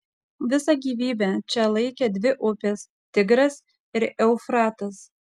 visą gyvybę čia laikė dvi upės tigras ir eufratas